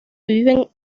viven